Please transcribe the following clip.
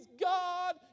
God